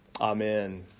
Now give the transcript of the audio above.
Amen